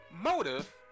motive